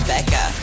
Becca